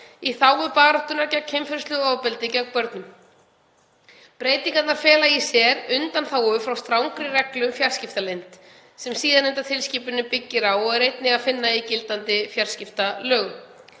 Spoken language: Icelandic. í þágu baráttu gegn kynferðislegu ofbeldi gegn börnum. Breytingarnar fela í sér undanþágu frá strangri reglu um fjarskiptaleynd, sem síðarnefnda tilskipunin byggir á og er einnig að finna í gildandi fjarskiptalögum.